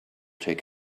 take